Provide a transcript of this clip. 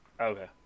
Okay